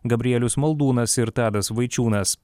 gabrielius maldūnas ir tadas vaičiūnas